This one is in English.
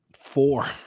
four